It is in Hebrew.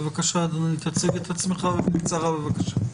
בבקשה, אדוני תציג את עצמך, ובקצרה בבקשה.